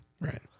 right